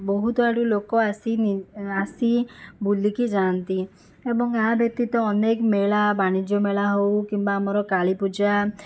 ବହୁତ ଆଡ଼ୁ ଲୋକ ଆସି ଆସି ବୁଲିକି ଯାଆନ୍ତି ଏବଂ ଏହା ବ୍ୟତୀତ ଅନେକ ମେଳା ବାଣିଜ୍ୟ ମେଳା ହେଉ କିମ୍ବା ଆମର କାଳୀପୂଜା